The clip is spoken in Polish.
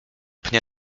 pnia